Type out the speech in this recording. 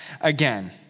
again